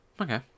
Okay